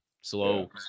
slow